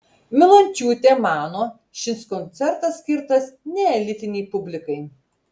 milončiūtė mano šis koncertas skirtas neelitinei publikai